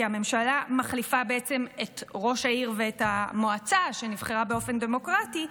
כי הממשלה מחליפה בעצם את ראש העיר ואת המועצה שנבחרו באופן דמוקרטי,